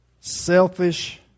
selfish